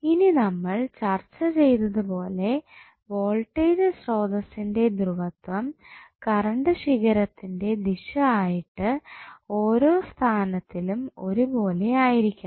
ഇനി നമ്മൾ ചർച്ച ചെയ്തതുപോലെ വോൾട്ടേജ് സ്രോതസ്സിന്റെ ധ്രുവത്വം കറണ്ട് ശിഖരത്തിന്റെ ദിശ ആയിട്ട് ഓരോ സ്ഥാനത്തിലും ഒരുപോലെ ആയിരിക്കണം